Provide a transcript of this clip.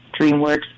DreamWorks